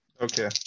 Okay